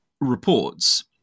reports